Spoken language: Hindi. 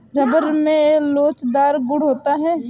रबर में लोचदार गुण होता है